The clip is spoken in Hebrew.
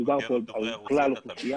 מדובר פה על כלל האוכלוסייה,